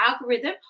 algorithm